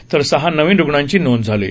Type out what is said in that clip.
तर सहा नवीन रुग्णांची नोंद झाली आहे